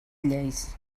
lleis